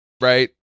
right